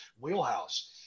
wheelhouse